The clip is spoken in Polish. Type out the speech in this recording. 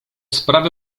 sprawy